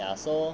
ya so